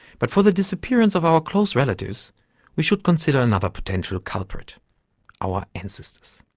but for the disappearance of our close relatives we should consider another potential culprit our ancestors.